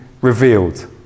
revealed